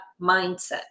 mindset